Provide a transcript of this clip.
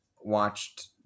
watched